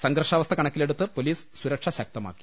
സംഘർഷാ വസ്ഥ കണക്കിലെടുത്ത് പൊലീസ് സുരക്ഷ ശക്തമാ ക്കി